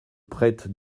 prêtre